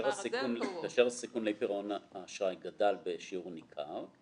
כתוב כאשר הסיכון לאי פירעון האשראי גדל בשיעור ניכר,